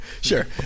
sure